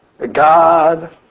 God